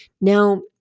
Now